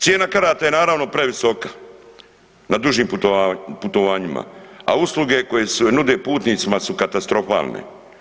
Cijena karata je naravno previsoka na dužim putovanjima, a usluge koje se nude putnicima su katastrofalne.